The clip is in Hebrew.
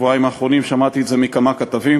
בשבועיים האחרונים שמעתי את זה מכמה כתבים.